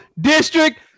district